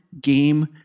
game